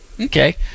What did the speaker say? Okay